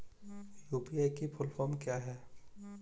UPI की full form क्या है?